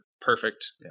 perfect